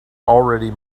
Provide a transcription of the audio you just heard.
already